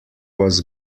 was